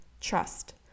trust